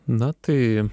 na tai